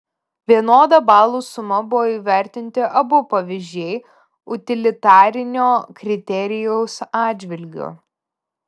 vienoda balų suma buvo įvertinti abu pavyzdžiai utilitarinio kriterijaus atžvilgiu